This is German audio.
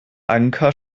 anker